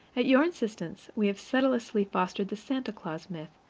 at your insistence, we have sedulously fostered the santa claus myth,